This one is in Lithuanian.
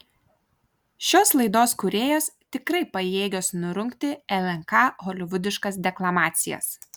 šios laidos kūrėjos tikrai pajėgios nurungti lnk holivudiškas deklamacijas